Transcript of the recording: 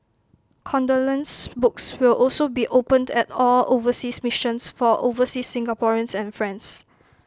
condolence books will also be opened at all overseas missions for overseas Singaporeans and friends